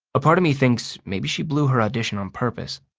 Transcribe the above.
a part of me thinks maybe she blew her audition on purpose.